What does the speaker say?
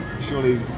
surely